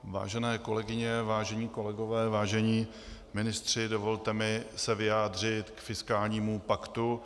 Vážené kolegyně, vážení kolegové, vážení ministři, dovolte mi vyjádřit se k fiskálnímu paktu.